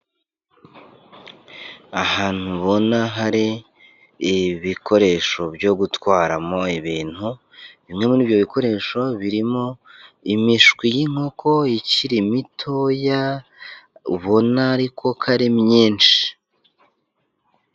Ahantu ubona hari ibikoresho byo gutwaramo ibintu, bimwe muri ibyo bikoresho birimo imishwi y'inkoko ikiri mitoya ubona ariko ko ari myinshi.